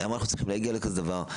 למה אנחנו צריכים להגיע לכזה דבר?